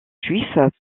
juif